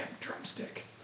drumstick